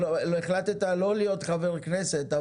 החלטת לא להיות חבר כנסת.